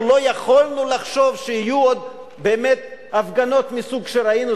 אנחנו לא יכולנו לחשוב שיהיו עוד באמת הפגנות מהסוג שראינו.